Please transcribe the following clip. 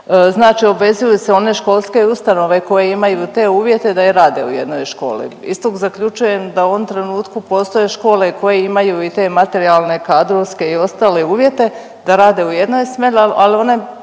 Znači obvezuju se one školske ustanove koje imaju te uvjete da i rade u jednoj školi. Iz tog zaključujem da u ovom trenutku postoje i škole koje imaju i te materijalne, kadrovske i ostale uvjete da rade u jednoj smjeni, ali one